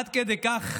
עד כדי כך